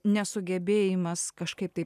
nesugebėjimas kažkaip tai